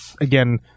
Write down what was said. again